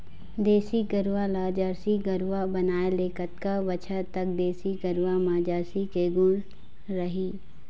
देसी गरवा ला जरसी गरवा बनाए ले कतका बछर तक देसी गरवा मा जरसी के गुण रही?